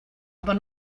aber